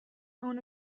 own